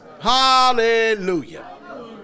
Hallelujah